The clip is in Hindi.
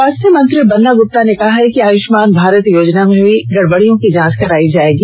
स्वास्थ्य मंत्री बन्ना गुप्ता ने कहा है कि आयुष्मान भारत योजना मे हुई गड़बड़ियों की जांच करायी जायेगी